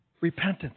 repentance